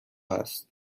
است